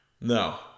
No